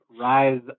rise